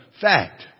fact